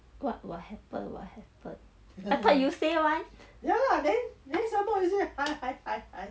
what will happen will happen I thought you say [one]